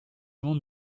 monde